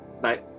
Bye